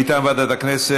התשע"ח 2017. מטעם ועדת הכנסת,